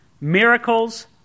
miracles